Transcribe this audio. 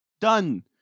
done